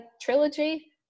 trilogy